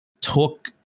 took